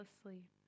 asleep